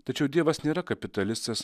tačiau dievas nėra kapitalistas